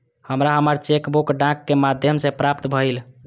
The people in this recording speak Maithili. हमरा हमर चेक बुक डाक के माध्यम से प्राप्त भईल